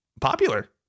popular